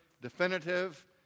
definitive